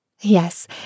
Yes